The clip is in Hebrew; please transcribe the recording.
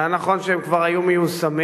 והיה נכון שהם כבר היו מיושמים.